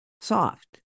soft